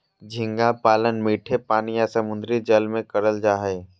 झींगा पालन मीठे पानी या समुंद्री जल में करल जा हय